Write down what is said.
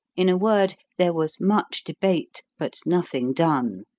in a word, there was much debate, but nothing done.